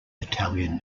italian